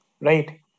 right